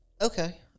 Okay